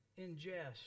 ingest